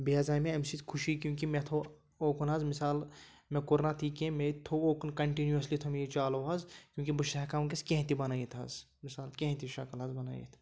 بیٚیہِ حظ آے مےٚ اَمہِ سۭتۍ خُشی کیونکہِ مےٚ تھوٚو اوکُن حظ مِثال مےٚ کوٚر نہٕ اَتھ یہِ کینٛہہ مےٚ تھوٚو اوکُن کَنٹنیوٗوَسلی تھوٚو مےٚ یہِ چالوٗ حظ کیونکہِ بہٕ چھُس ہٮ۪کان وٕنۍکٮ۪س کینٛہہ تہِ بَنٲیِتھ حظ مِثال کینٛہہ تہِ شکٕل حظ بَنٲیِتھ